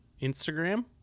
instagram